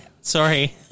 Sorry